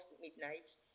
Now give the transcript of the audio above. midnight